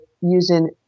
using